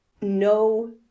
no